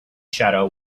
shadow